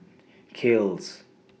Kiehl's